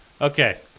Okay